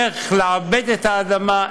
איך לעבד את האדמה,